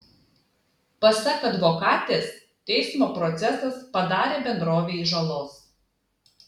pasak advokatės teismo procesas padarė bendrovei žalos